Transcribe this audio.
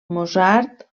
mozart